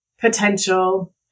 potential